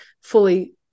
fully